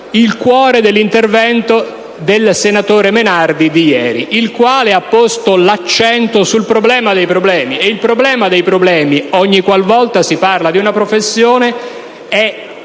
che ieri ha svolto il senatore Menardi, il quale ha posto l'accento sul problema dei problemi. E il problema dei problemi, ogniqualvolta si parla di una professione, è